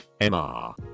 MR